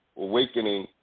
awakening